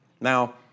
Now